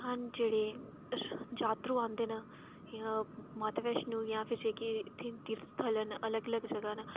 जां जेह्ड़े जात्तरू आंदे न जां जेह्ड़े माता वैष्णो दे तीर्थ स्थल न जेह्ड़े अलग अलग जगह न